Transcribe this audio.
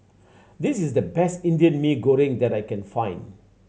this is the best Indian Mee Goreng that I can find